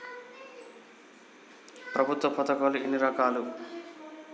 ప్రభుత్వ పథకాలు ఎన్ని రకాలు?